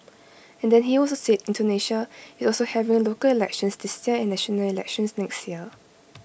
and then he also said Indonesia is also having local elections this year and national elections next year